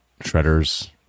Shredder's